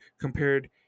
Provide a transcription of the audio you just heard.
compared